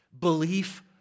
belief